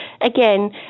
again